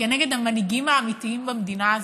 נגד המנהיגים האמיתיים במדינה הזאת.